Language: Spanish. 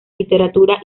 literatura